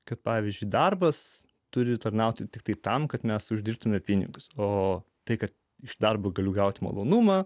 kad pavyzdžiui darbas turi tarnauti tiktai tam kad mes uždirbtumėme pinigus o tai kad iš darbo galiu gauti malonumą